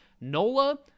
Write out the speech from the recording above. Nola